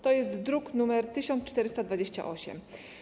To jest druk nr 1428.